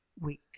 week